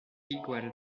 igual